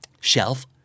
Shelf